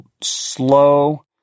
slow